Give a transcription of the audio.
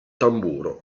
tamburo